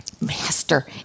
Master